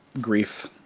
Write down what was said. grief